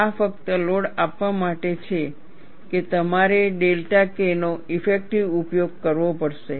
આ ફક્ત લોડ આપવા માટે છે કે તમારે ડેલ્ટા K નો ઇફેક્ટિવ ઉપયોગ કરવો પડશે